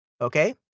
okay